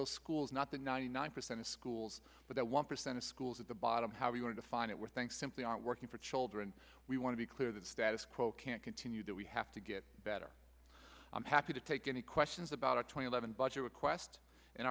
those schools not the ninety nine percent of schools but one percent of schools at the bottom how are we going to find it were thanks simply aren't working for children we want to be clear that the status quo can't continue that we have to get better i'm happy to take any questions about a twenty seven budget request